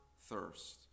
thirst